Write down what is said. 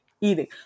eating